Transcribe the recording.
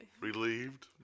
Relieved